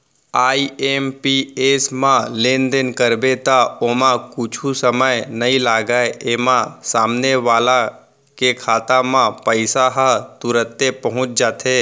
IMPS म लेनदेन करबे त ओमा कुछु समय नइ लागय, एमा सामने वाला के खाता म पइसा ह तुरते पहुंच जाथे